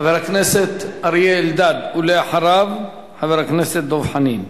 חבר הכנסת אריה אלדד, ואחריו, חבר הכנסת דב חנין.